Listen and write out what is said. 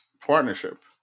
partnership